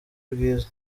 bwiza